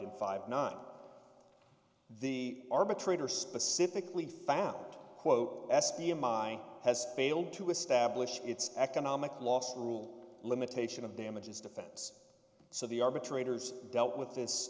and five not the arbitrator specifically found quote s p a mine has failed to establish its economic loss rule limitation of damages defense so the arbitrators dealt with this